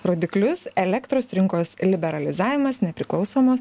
rodiklius elektros rinkos liberalizavimas nepriklausomo